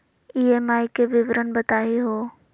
EMI के विवरण बताही हो?